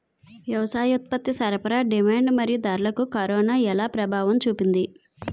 వ్యవసాయ ఉత్పత్తి సరఫరా డిమాండ్ మరియు ధరలకు కరోనా ఎలా ప్రభావం చూపింది